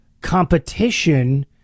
competition